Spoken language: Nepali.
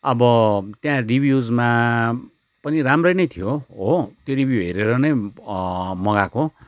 अब त्यहाँ रिभ्युजमा पनि राम्रै नै थियो हो त्यो रिभ्यू हेरेर नै मगाएको